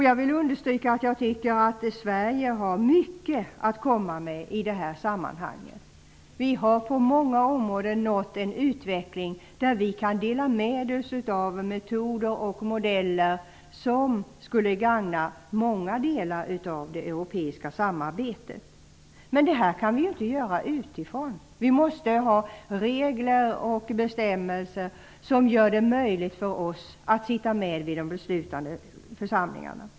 Jag vill understryka att jag tycker att Sverige har mycket att komma med i det här sammanhanget. Vi har på många områden nått en utveckling där vi kan dela med oss av metoder och modeller, som skulle gagna många delar av det europeiska samarbetet. Men detta kan vi inte göra utifrån. Det måste finnas regler och bestämmelser som gör det möjligt för oss att sitta med i de beslutande församlingarna.